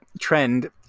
trend